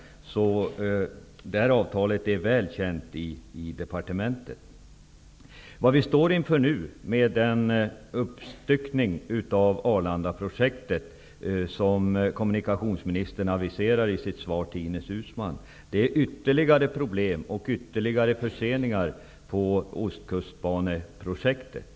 Detta avtal är väl känt i departementet. Med den uppstyckning av Arlandaprojektet som kommunikationsministern aviserar i sitt svar till Ines Uusmann står vi inför ytterligare problem och ytterligare förseningar av Ostkustbaneprojektet.